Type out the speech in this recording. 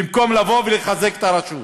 במקום לבוא ולחזק את הרשות,